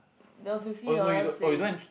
no fifty dollar sing